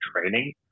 training